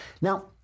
Now